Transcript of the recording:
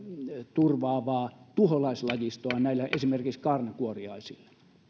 turvaavaa tuholaislajistoa esimerkiksi kaarnakuoriaisille